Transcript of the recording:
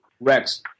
Rex